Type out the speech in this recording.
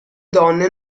donne